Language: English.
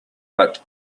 but